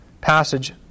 passage